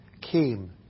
came